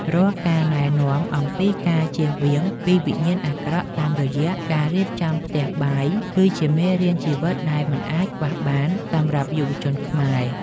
រាល់ការណែនាំអំពីការជៀសវាងពីវិញ្ញាណអាក្រក់តាមរយៈការរៀបចំផ្ទះបាយ គឺជាមេរៀនជីវិតដែលមិនអាចខ្វះបានសម្រាប់យុវជនខ្មែរ។